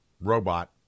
robot